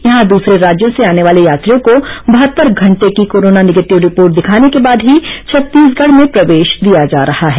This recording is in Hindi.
यहां दूसरे राज्यों से आने वाले यात्रियों को बहत्तर घंटे की कोरोना निगेटिव रिपोर्ट दिखाने के बाद ही छत्तीसगढ में प्रवेश दिया जा रहा है